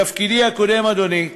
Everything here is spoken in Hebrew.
בתפקידי הקודם, אדוני,